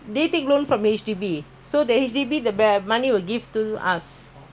outstanding of the house balance then the balance they'll give us